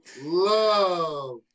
love